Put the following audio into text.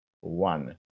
one